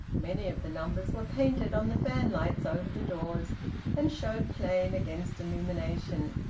many of the numbers were painted on the fanlights over the doors and showed plain against illumination.